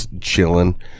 chilling